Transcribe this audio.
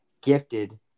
gifted